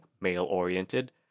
male-oriented